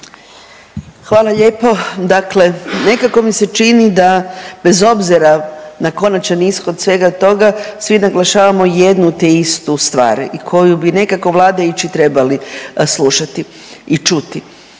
Hvala lijepo. Dakle, nekako mi se čini da bez obzira na konačan ishod svega toga svi naglašavamo jednu te istu stvar i koju bi nekako vladajući trebali slušati i čuti.